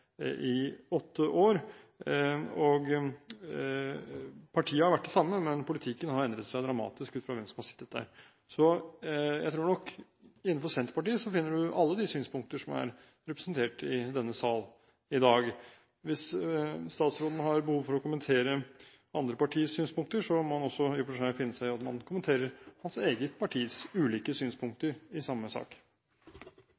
i åtte år. Partiet har vært det samme, men politikken har endret seg dramatisk etter hvem som har sittet der. Så jeg tror nok at innenfor Senterpartiet finner man alle de synspunkter som er representert i denne sal i dag. Hvis statsråden har behov for å kommentere andre partiers synspunkter, må han også finne seg i at man kommenterer hans eget partis ulike